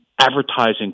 advertising